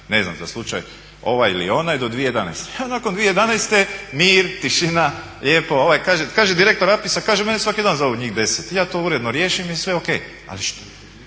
ne znam za slučaj ovaj ili onaj do 2011., a nakon 2011.mir, tišina, lijepo. Kaže direktor APIS-a mene svaki dan zovu njih deset i ja to uredno riješim i sve ok. Ali nitko